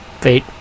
Fate